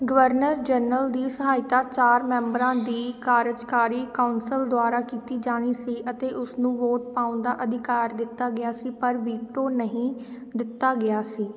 governor general ਦੀ ਸਹਾਇਤਾ ਚਾਰ ਮੈਂਬਰਾਂ ਦੀ ਕਾਰਜਕਾਰੀ ਕੌਂਸਲ ਦੁਆਰਾ ਕੀਤੀ ਜਾਣੀ ਸੀ ਅਤੇ ਉਸ ਨੂੰ ਵੋਟ ਪਾਉਣ ਦਾ ਅਧਿਕਾਰ ਦਿੱਤਾ ਗਿਆ ਸੀ ਪਰ ਵੀਟੋ ਨਹੀਂ ਦਿੱਤਾ ਗਿਆ ਸੀ